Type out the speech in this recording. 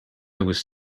was